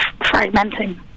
fragmenting